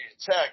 Tech